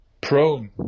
prone